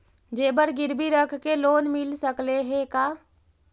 जेबर गिरबी रख के लोन मिल सकले हे का?